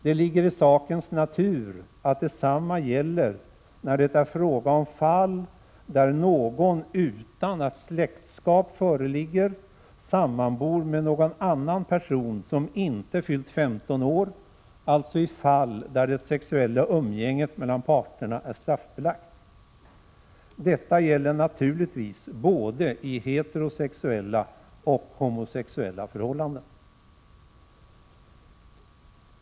Det ligger i sakens natur att detsamma gäller när det är fråga om fall där någon utan att släktskap föreligger sammanbor med någon annan person som inte fyllt 15 år, alltså i fall där det sexuella umgänget mellan parterna är straffbelagt. Detta gäller naturligtvis i både heterosexuella och homosexuella förhållanden.